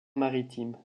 maritimes